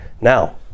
now